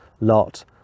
Lot